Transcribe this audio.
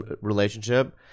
relationship